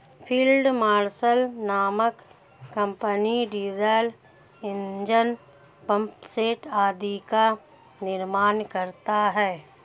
field marshal नामक company diesel engine, pumpset आदि का निर्माण करता है